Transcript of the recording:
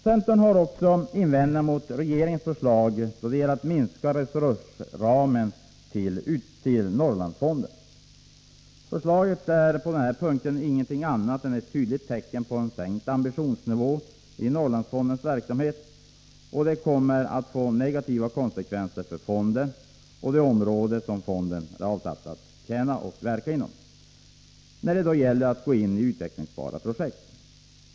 Centern har också invändningar mot regeringens förslag att minska resursramen till Norrlandsfonden. Förslaget på den här punkten är ingenting annat än ett tydligt tecken på en sänkt ambitionsnivå i Norrlandsfondens verksamhet. Det kommer att få negativa konsekvenser för fonden och det område som fonden är avsedd att tjäna och verka inom när det gäller att gå in i utvecklingsbara projekt.